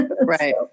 Right